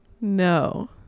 No